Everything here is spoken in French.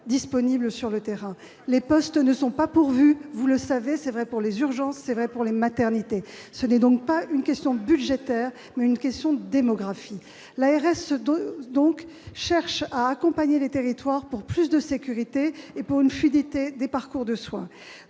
disponibles sur le terrain. Les postes ne sont pas pourvus, vous le savez. C'est vrai pour les urgences et pour les maternités. C'est donc non pas une question budgétaire, mais une question de démographie. L'ARS cherche à accompagner les territoires dans un objectif de plus grande sécurité et de fluidité des parcours de soins.